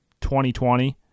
2020